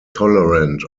tolerant